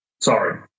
sorry